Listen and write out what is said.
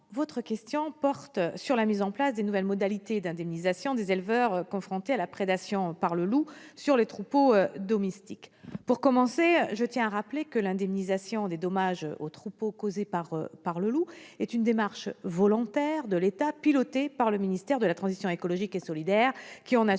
Votre question porte sur la mise en place des nouvelles modalités d'indemnisation des éleveurs confrontés à la prédation par le loup sur les troupeaux domestiques. Pour commencer, je tiens à rappeler que l'indemnisation des dommages aux troupeaux causés par le loup est une démarche volontaire de l'État, pilotée par le ministère de la transition écologique et solidaire, qui en